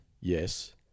yes